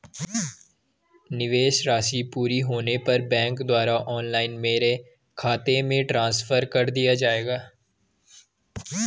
निवेश राशि पूरी होने पर बैंक द्वारा ऑनलाइन मेरे खाते में ट्रांसफर कर दिया जाएगा?